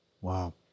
Wow